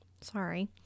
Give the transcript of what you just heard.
sorry